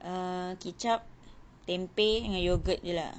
err kicap tempeh yogurt jer lah